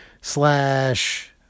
slash